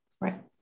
Right